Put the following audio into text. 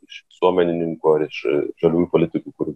iš visuomenininkų ar iš žaliųjų politikų kur